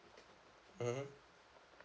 mmhmm